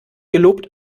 gelobt